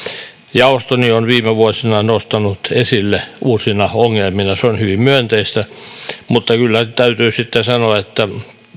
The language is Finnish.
jaostoni on viime vuosina nostanut esille uusina ongelmina se on hyvin myönteistä mutta kyllä täytyy sitten sanoa että